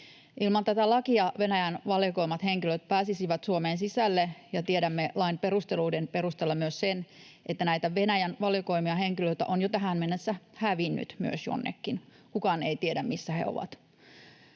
Ilman tätä lakia Venäjän valikoimat henkilöt pääsisivät Suomeen sisälle, ja tiedämme lain perusteluiden perusteella myös sen, että näitä Venäjän valikoimia henkilöitä on jo tähän mennessä myös hävinnyt jonnekin — kukaan ei tiedä, missä he ovat.